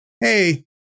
hey